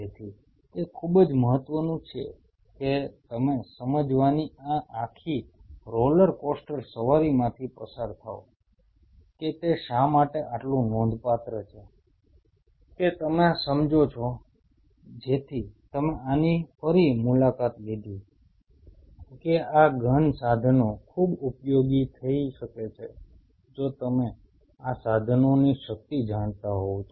તેથી તે ખૂબ મહત્વનું છે કે તમે સમજવાની આ આખી રોલર કોસ્ટર સવારીમાંથી પસાર થાવ કે તે શા માટે આટલું નોંધપાત્ર છે કે તમે સમજો છો જેથી તમે આની ફરી મુલાકાત લીધી કે આ ગહન સાધનો ખૂબ ઉપયોગી થઈ શકે છે જો તમે આ સાધનોની શક્તિ જાણતા હોવ તો